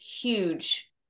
huge